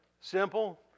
Simple